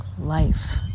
life